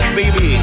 baby